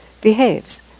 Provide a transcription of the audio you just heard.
behaves